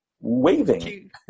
waving